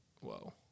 whoa